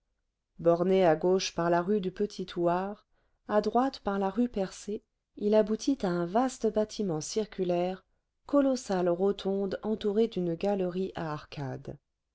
borné à gauche par la rue du petit thouars à droite par la rue percée il aboutit à un vaste bâtiment circulaire colossale rotonde entourée d'une galerie à arcades